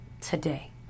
today